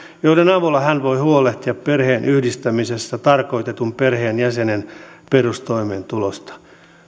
joiden avulla hän voi huolehtia perheenyhdistämisessä tarkoitetun perheenjäsenen perustoimeentulosta